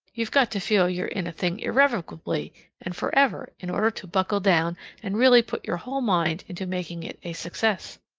you've got to feel you're in a thing irrevocably and forever in order to buckle down and really put your whole mind into making it a success.